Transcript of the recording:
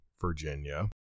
Virginia